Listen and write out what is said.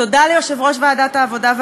תודה ליושב-ראש ועדת העבודה,